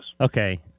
Okay